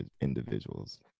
individuals